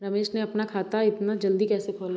रमेश ने अपना खाता इतना जल्दी कैसे खोला?